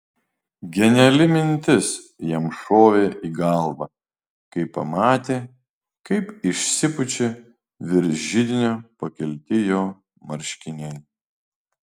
geniali mintis jam šovė į galvą kai pamatė kaip išsipučia virš židinio pakelti jo marškiniai